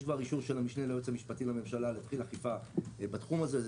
יש כבר אישור של המשנה ליועצת המשפטית לממשלה להתחיל אכיפה בתחום הזה.